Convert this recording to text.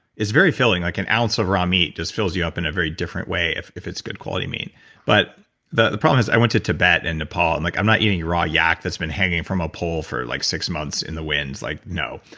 it's very filling. like an ounce of raw meat just fills you up in a very different way if if it's good quality meat but the the problem is i went to tibet and nepal and like i'm not eating raw yak that's been hanging from a pole for like six months in the winds, like no.